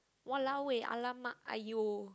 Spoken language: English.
!walao! eh !alamak! !aiyo!